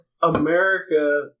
America